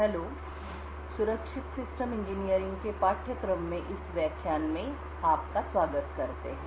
hello और सुरक्षित system engineering के पाठ्यक्रम में इस व्याख्यान में आप का स्वागत करते हैं